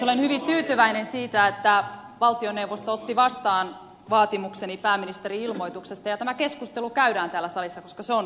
olen hyvin tyytyväinen siitä että valtioneuvosto otti vastaan vaatimukseni pääministerin ilmoituksesta ja tämä keskustelu käydään täällä salissa koska se on hyvin tärkeää